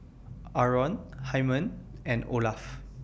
Arron Hymen and Olaf